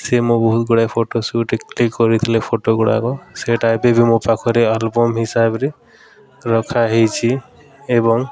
ସେ ମୋ ବହୁତ ଗୁଡ଼ାଏ ଫଟୋ ସୁଟ୍ କ୍ଲିକ୍ କରିଥିଲେ ଫଟୋଗୁଡ଼ାକ ସେଇଟା ଏବେ ବି ମୋ ପାଖରେ ଅଲ୍ବମ୍ ହିସାବରେ ରଖାହୋଇଛି ଏବଂ